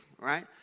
right